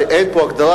שאין פה הגדרה,